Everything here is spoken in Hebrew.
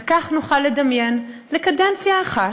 וכך נוכל לדמיין, לקדנציה אחת,